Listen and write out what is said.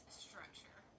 structure